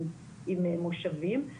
עם מושבים.